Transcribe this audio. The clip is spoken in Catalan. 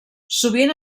sovint